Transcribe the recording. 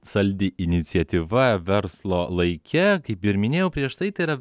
saldi iniciatyva verslo laike kaip ir minėjau prieš tai tai yra